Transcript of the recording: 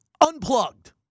unplugged